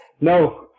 No